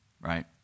right